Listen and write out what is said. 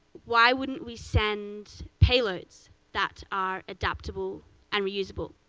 why wouldn't we send payloads that are adaptable and reusable?